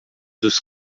dos